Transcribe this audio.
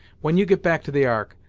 when you get back to the ark,